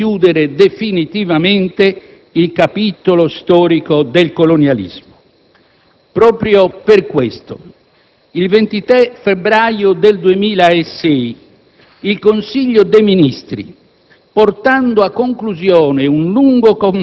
che l'Italia deve compiere per chiudere definitivamente il capitolo storico del colonialismo. Proprio per questo, il 23 febbraio 2006, il Consiglio dei ministri,